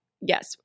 yes